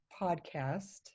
podcast